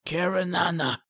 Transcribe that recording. Karenana